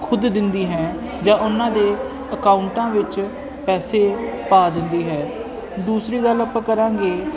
ਖੁਦ ਦਿੰਦੀ ਹੈ ਜਾਂ ਉਹਨਾਂ ਦੇ ਅਕਾਊਂਟਾਂ ਵਿੱਚ ਪੈਸੇ ਪਾ ਦਿੰਦੀ ਹੈ ਦੂਸਰੀ ਗੱਲ ਆਪਾਂ ਕਰਾਂਗੇ